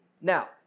now